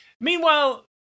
Meanwhile